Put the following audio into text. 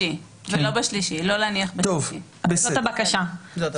ביום שלישי לוחצים send וביום רביעי הוא יוצא.